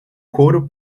coro